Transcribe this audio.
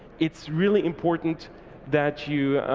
it's really important that you